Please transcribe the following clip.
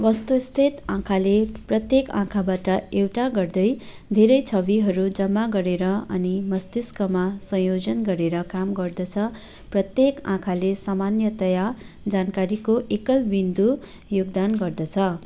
वस्तुस्थित आँखाले प्रत्येक आँखाबाट एउटा गर्दै धेरै छविहरू जम्मा गरेर अनि मस्तिष्कमा संयोजन गरेर काम गर्दछ प्रत्येक आँखाले सामान्यतया जानकारीको एकल बिन्दु योगदान गर्दछ